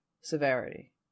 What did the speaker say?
severity